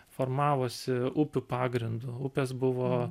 formavosi upių pagrindu upės buvo